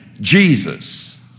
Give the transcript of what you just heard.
Jesus